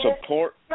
Support